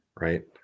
right